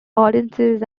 audiences